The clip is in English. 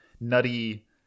nutty